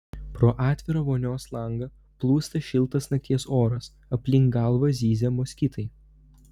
pro atvirą vonios langą plūsta šiltas nakties oras aplink galvą zyzia moskitai